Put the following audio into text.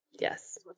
Yes